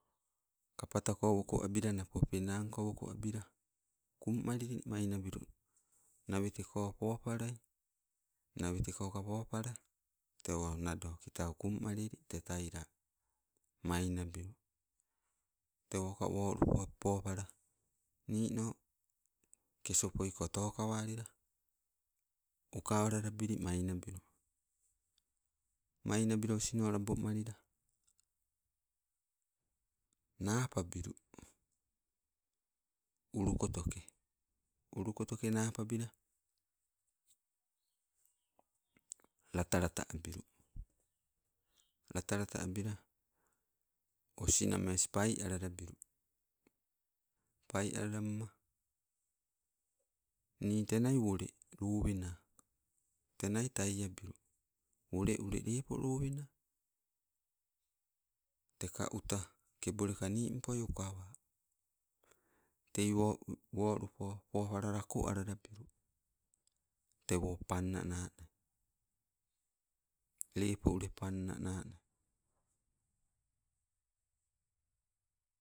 Kapetako woko abila napo pennanko woko abila, kummalili mainabilu. Naweteko popalai naweteko ka popala, tewo nado kitau. Kummalili te taila. Mai nabilu, tewoka wolupo popala nino kesopoiko tokawalila, ukawalalabili mainabilu. Mainabila osino labomalila, napabilu ulukotoke, ulukotoke napabila latalata abilu. Latalata abila, osinames paipai alalabilu pai alalamma, nii tena wole lowena tenia tai abilu, wole ule lepo lowena. Teka uta keboleka nimpoi ukawa, tei wo- wolupo popala lako alalabilu. Tewo panna nanai lepo ule panna nanai.